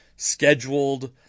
Scheduled